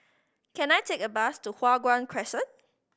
can I take a bus to Hua Guan Crescent